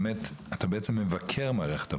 למעשה, אתה מבקר מערכת הבריאות.